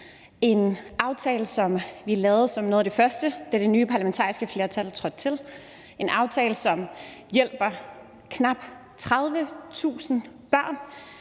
en aftale, som vi lavede som noget af det første, da det nye parlamentariske flertal trådte til, og som hjælper knap 30.000 børn